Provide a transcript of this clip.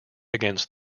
against